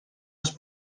els